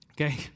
okay